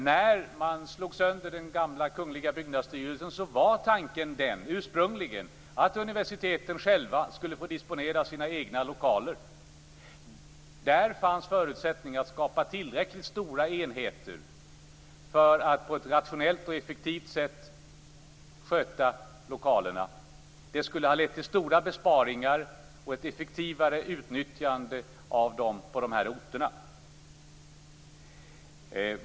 När gamla Kungl. Byggnadsstyrelsen slogs sönder var tanken ursprungligen att universiteten själva skulle få disponera sina egna lokaler. Där fanns förutsättningar att skapa tillräckligt stora enheter för att på ett rationellt och effektivt sätt sköta lokalerna. Det skulle ha lett till stora besparingar och till ett effektivare utnyttjande av lokalerna på orterna i fråga.